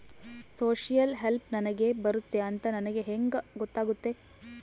Social help ನನಗೆ ಬರುತ್ತೆ ಅಂತ ನನಗೆ ಹೆಂಗ ಗೊತ್ತಾಗುತ್ತೆ?